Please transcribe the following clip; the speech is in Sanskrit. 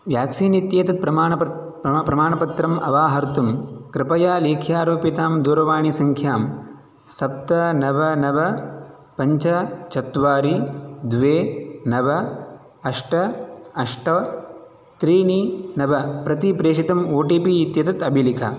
व्याक्सीन् इत्येतत् प्रमाणपत्रम् अवाहर्तुं कृपया लेख्यारोपितां दूरवाणीसङ्ख्यां सप्त नव नव पञ्च चत्वारि द्वे नव अष्ट अष्ट त्रीणि नव प्रति प्रेषितम् ओ टि पि इत्येतत् अभिलिख